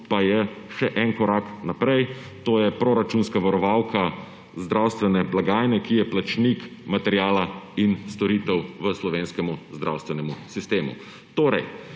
pa je še en korak naprej, to je proračunska varovalka zdravstvene blagajne, ki je plačnik materiala in storitev v slovenskem zdravstvenem sistemu.